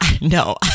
No